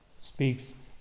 speaks